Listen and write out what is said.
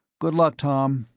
good luck, tom.